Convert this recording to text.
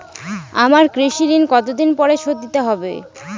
আমার কৃষিঋণ কতদিন পরে শোধ দিতে হবে?